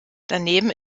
daneben